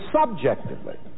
subjectively